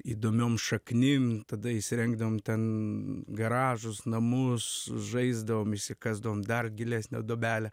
įdomiom šaknim tada įsirengdavom ten garažus namus žaisdavom išsikasdavom dar gilesnę duobelę